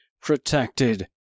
protected